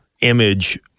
image